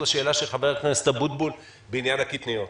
לשאלה של חבר הכנסת אבוטבול בעניין הקטניות.